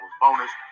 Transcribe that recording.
bonus